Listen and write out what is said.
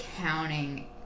counting